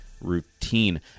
routine